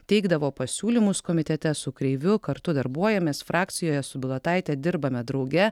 teikdavo pasiūlymus komitete su kreiviu kartu darbuojamės frakcijoje su bilotaite dirbame drauge